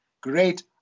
Great